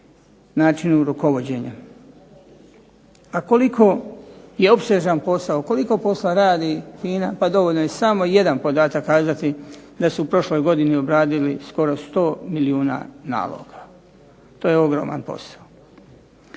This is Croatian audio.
načinu rukovođenja. A koliko je opsežan posao i koliko poslova radi FINA? Dovoljan je samo jedan podatak kazati, da su prošle godine obradili skoro 100 milijuna naloga. To je ogroman posao.